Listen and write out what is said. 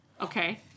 Okay